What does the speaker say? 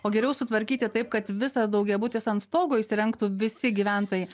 o geriau sutvarkyti taip kad visas daugiabutis ant stogo įrengtų visi gyventojai